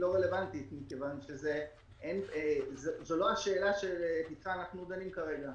רלוונטית כיוון שזו לא השאלה שלפתחה אנחנו דנים כרגע,